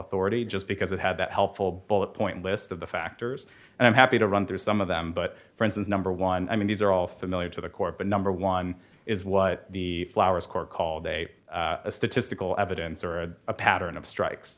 authority just because it had that helpful bullet point list of the factors and i'm happy to run through some of them but for instance number one i mean these are all familiar to the court but number one is what the flowers court called a statistical evidence or a pattern of strikes